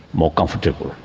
more comfortable,